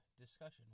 discussion